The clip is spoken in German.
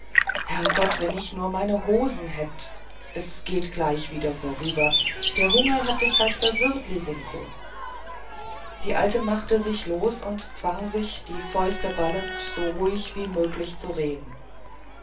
herrgott wenn ich nur meine hosen hätt es geht gleich wieder vorüber der hunger hat dich halt verwirrt lisinko die alte machte sich los und zwang sich die fäuste ballend so ruhig wie möglich zu reden